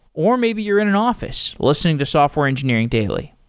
or maybe you're in in office listening to software engineering daily.